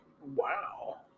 Wow